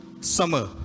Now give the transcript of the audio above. summer